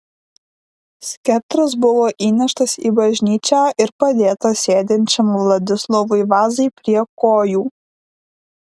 skeptras buvo įneštas į bažnyčią ir padėtas sėdinčiam vladislovui vazai prie kojų